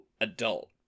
adult